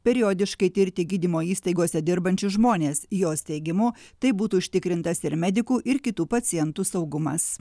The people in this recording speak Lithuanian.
periodiškai tirti gydymo įstaigose dirbančius žmones jos teigimu taip būtų užtikrintas ir medikų ir kitų pacientų saugumas